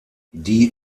die